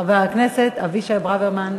חבר הכנסת אבישי ברוורמן.